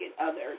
others